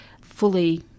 fully